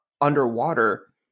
underwater